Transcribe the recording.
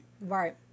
Right